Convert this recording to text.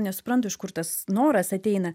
nesuprantu iš kur tas noras ateina